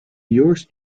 yours